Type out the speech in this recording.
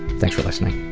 thanks for listening